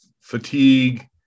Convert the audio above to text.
fatigue